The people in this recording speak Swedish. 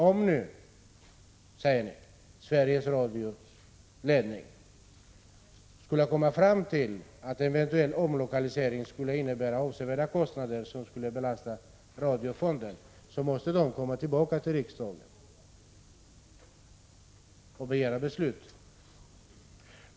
Om nu Sveriges Radios ledning skulle komma fram till att en eventuell utlokalisering skulle innebära avsevärda kostnader som skulle drabba radiofonden, måste Sveriges Radio komma tillbaka till riksdagen och begära beslut.